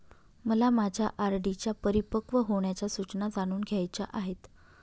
मला माझ्या आर.डी च्या परिपक्व होण्याच्या सूचना जाणून घ्यायच्या आहेत